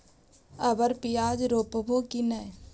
अबर प्याज रोप्बो की नय?